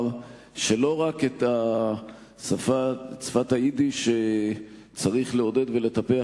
שלא רק את שפת היידיש צריך לעודד ולטפח.